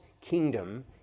kingdom